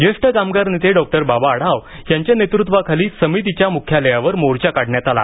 ज्येष्ठ कामगार नेते डॉक्टर बाबा आढाव यांच्या नेतृत्वाखाली समितीच्या मुख्यालयावर मोर्चा काढण्यात आला